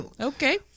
okay